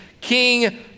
King